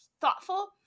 thoughtful